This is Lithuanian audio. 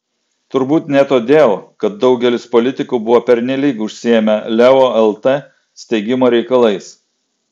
turbūt ne todėl kad daugelis politikų buvo pernelyg užsiėmę leo lt steigimo reikalais